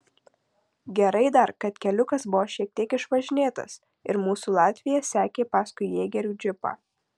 gerai dar kad keliukas buvo šiek tiek išvažinėtas ir mūsų latvija sekė paskui jėgerių džipą